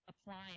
applying